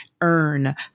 earn